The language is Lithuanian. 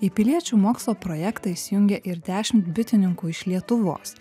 į piliečių mokslo projektą įsijungė ir dešimt bitininkų iš lietuvos